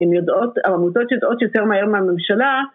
הן יודעות העמותות יודעות יותר היום מהממשלה